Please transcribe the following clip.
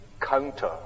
counter